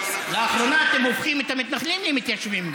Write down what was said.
לאחרונה אתם הופכים את גם המתנחלים למתיישבים,